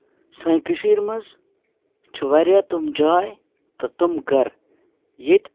سانہِ کٔشیٖرِ منٛز چھِ واریاہ تِم جاے تہٕ تِم گَرٕ ییٚتہِ